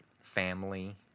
family